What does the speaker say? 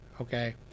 okay